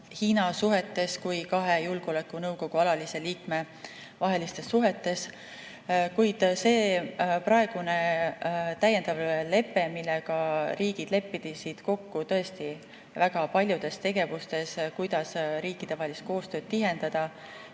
Hiina kui kahe julgeolekunõukogu alalise liikme vahelistes suhetes. Kuid sellel praegusel täiendaval leppel, millega riigid leppisid kokku tõesti väga paljudes tegevustes, kuidas riikidevahelist koostööd tihendada,